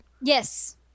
Yes